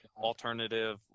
alternative